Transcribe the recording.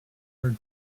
are